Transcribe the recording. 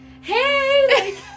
hey